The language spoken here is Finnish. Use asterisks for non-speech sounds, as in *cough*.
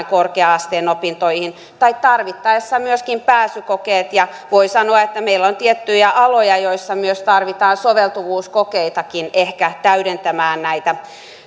*unintelligible* korkea asteen opintoihin tai tarvittaessa myöskin pääsykokeet ja voi sanoa että meillä on tiettyjä aloja joilla myös tarvitaan soveltuvuuskokeitakin ehkä täydentämään näitä